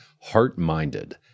Heart-Minded